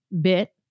bit